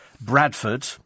Bradford